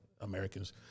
Americans